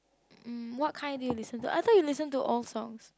mm what kind do you listen to I thought you listen to old songs